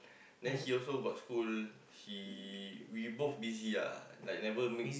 then she also got school she we both busy ah like never make